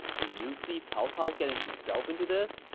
do you see cao cao getting himself into this?